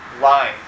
line